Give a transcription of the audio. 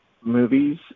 movies